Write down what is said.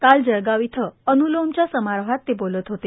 काल जळगाव इयं अनुलोमच्या समारोहात ते बोलत होते